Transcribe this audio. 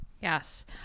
Yes